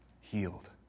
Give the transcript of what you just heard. healed